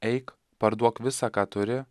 eik parduok visą ką turi